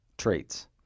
traits